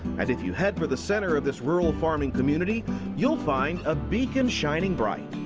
and if you head for the center of this rural farming community you'll find a beacon shining bright.